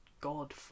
God